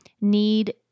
Need